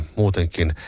muutenkin